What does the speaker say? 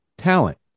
Talent